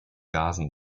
gasen